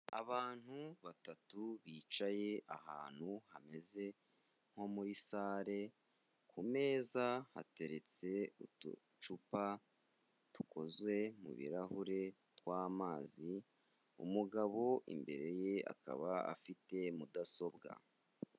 Abantu batatu bicaye ahantu hameze nko muri sale, ku meza hateretse uducupa dukozwe mu birahure tw'amazi, umugabo imbere ye akaba afite mudasobwa.